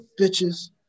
bitches